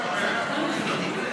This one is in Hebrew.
הוא התקבל.